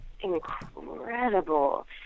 incredible